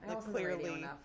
clearly